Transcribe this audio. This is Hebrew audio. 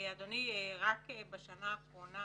אדוני, רק בשנה האחרונה